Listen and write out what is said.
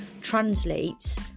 translates